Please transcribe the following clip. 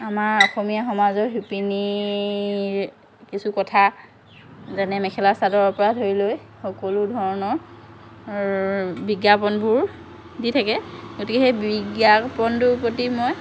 আমাৰ অসমীয়া সমজৰ শিপিনীৰ কিছু কথা যেনে মেখেলা চাদৰ পৰা ধৰি লৈ সকলোঁ ধৰণৰ বিজ্ঞাপনবোৰ দি থাকে গতিকে সেই বিজ্ঞাপনটোৰ প্ৰতি মই